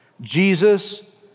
Jesus